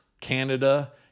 Canada